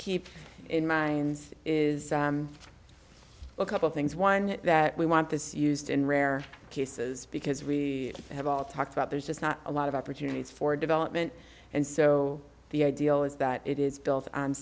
keep in mind is a couple things one that we want this used in rare cases because we have all talked about there's just not a lot of opportunities for development and so the ideal is that it is built on